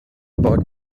about